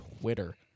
Twitter